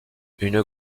une